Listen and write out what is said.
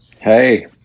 Hey